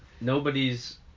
Nobody's